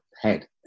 head